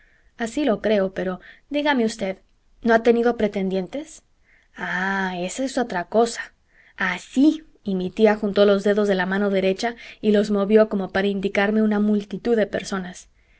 así lo creo pero dígame usted no ha tenido pretendientes ah eso es otra cosa así y mi tía juntó los dedos de la mano derecha y los movió como para indicarme una multitud de personas